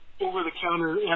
over-the-counter